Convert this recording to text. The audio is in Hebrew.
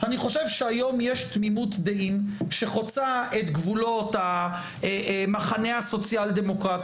אני חושב שהיום יש תמימות דעים שחוצה את גבולות המחנה הסוציאל-דמוקרטי,